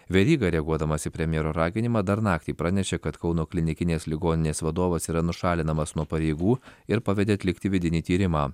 veryga reaguodamas į premjero raginimą dar naktį pranešė kad kauno klinikinės ligoninės vadovas yra nušalinamas nuo pareigų ir pavedė atlikti vidinį tyrimą